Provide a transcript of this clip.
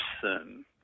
person